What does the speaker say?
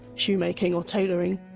shoe-making or tailoring,